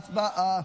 הצבעה.